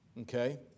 Okay